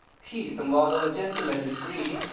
she, somewhat over gentle and discreet,